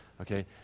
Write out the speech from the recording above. Okay